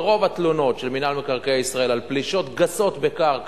ורוב התלונות של מינהל מקרקעי ישראל על פלישות גסות לקרקע,